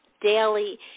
daily